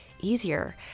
easier